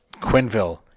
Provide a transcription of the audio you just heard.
Quinville